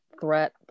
threat